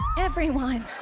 everyone.